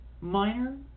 minor